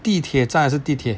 地铁站还是地铁